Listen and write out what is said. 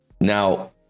Now